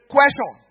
Question